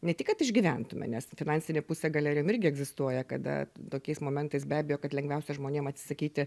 ne tik kad išgyventume nes finansinė pusė galerijom irgi egzistuoja kada tokiais momentais be abejo kad lengviausia žmonėm atsisakyti